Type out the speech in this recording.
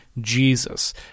Jesus